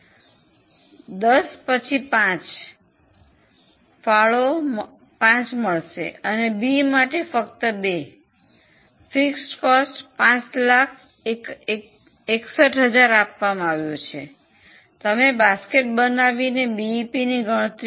10 બાદ 5 ફાળો 5 મળશે અને બી માટે ફક્ત 2 સ્થિર ખર્ચ 561000 આપવામાં આવ્યું છે તમે બાસ્કેટ બનાવીને બીઈપીની ગણતરી કરો